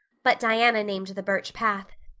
but diana named the birch path.